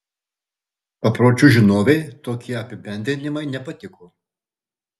papročių žinovei tokie apibendrinimai nepatiko